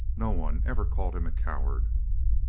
no one ever called him a coward.